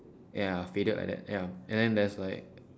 ya faded like that ya and then there's like